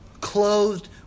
clothed